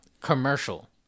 commercial